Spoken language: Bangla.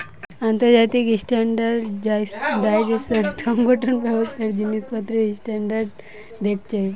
আন্তর্জাতিক স্ট্যান্ডার্ডাইজেশন সংগঠন ব্যবসার জিনিসপত্রের স্ট্যান্ডার্ড দেখছে